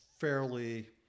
fairly